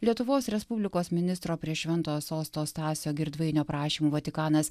lietuvos respublikos ministro prie šventojo sosto stasio girdvainio prašymu vatikanas